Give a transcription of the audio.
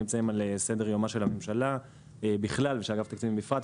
ושניהם נמצאים על סדר יומה של הממשלה בכלל ושל אגף התקציבים בפרט,